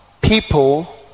people